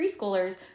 preschoolers